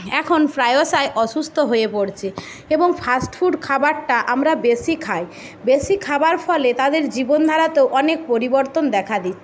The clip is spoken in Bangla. এখন প্রায়শই অসুস্থ হয়ে পড়ছে এবং ফাস্টফুড খাবারটা আমরা বেশি খাই বেশি খাবার ফলে তাদের জীবন ধারাতেও অনেক পরিবর্তন দেখা দিচ্ছে